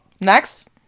Next